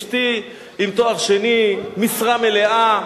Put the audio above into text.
אשתי עם תואר שני, משרה מלאה,